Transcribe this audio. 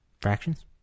fractions